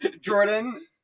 Jordan